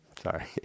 Sorry